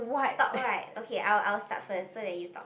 talk right okay I'll I'll start first so that you talk